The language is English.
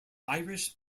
irish